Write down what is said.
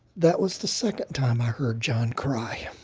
that was the second time i heard john cry,